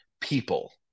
people